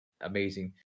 amazing